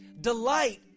Delight